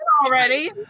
already